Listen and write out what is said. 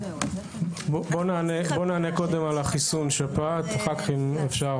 נענה קודם על חיסון השפעת ואחר כך אפשר